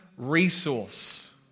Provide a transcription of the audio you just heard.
resource